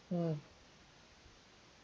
mm